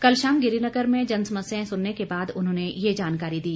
कल शाम गिरीनगर में जन समस्याएं सुनने के बाद उन्होंने ये जानकारी दी